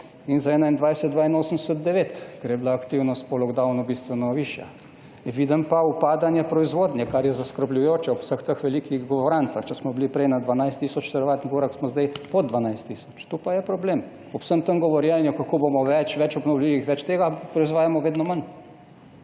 in za 2021 82,9, ker je bila aktivnost po lockdownu bistveno višja. Vidim pa upadanje proizvodnje, kar je zaskrbljujoče ob vseh teh velikih govorancah. Če smo bili prej na 12 tisoč kilovatnih urah, smo zdaj pod 12 tisoč. To pa je problem. Ob vsem tem govorjenju, kako bomo več, več obnovljivih, več tega, proizvajamo vedno manj.